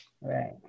Right